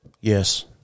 Yes